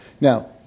Now